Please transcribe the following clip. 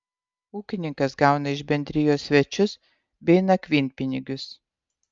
ūkininkas gauna iš bendrijos svečius bei nakvynpinigius